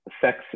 sex